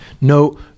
no